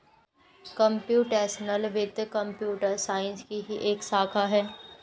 computational वित्त computer science की ही एक शाखा है